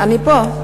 אני פה.